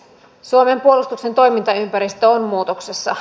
suomen puolustuksen toimintaympäristö on muutoksessa